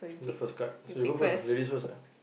the first card so you go first ah ladies first ah